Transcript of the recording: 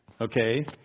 Okay